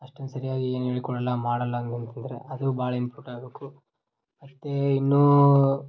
ಅಷ್ಟೊಂದು ಸರಿಯಾಗಿ ಏನೂ ಹೇಳ್ಕೊಡಲ್ಲ ಮಾಡೋಲ್ಲ ಅದೂ ಭಾಳ ಇಮ್ಪೂಟ್ ಆಗಬೇಕು ಮತ್ತು ಇನ್ನೂ